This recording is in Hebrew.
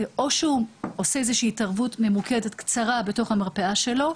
או שהם עושים התערבות ממוקדת קצרה בתוך המרפאה שלהם,